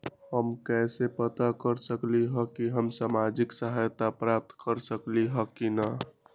हम कैसे पता कर सकली ह की हम सामाजिक सहायता प्राप्त कर सकली ह की न?